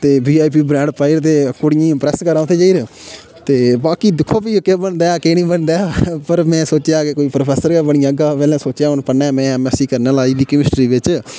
ते V I P brand पाई ते कुड़ियें इम्प्रेस करांऽ जाई ते बाकी दिक्खो फिर केह् बनदा ऐ केह् निं बनदा ऐ पर में सोचेआ कोई प्रोफेसर गै बनी जाह्गा पैह्लें सोचेआ हून कन्नै में एम एससी करना लाई केमिस्ट्री बिच